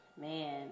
Man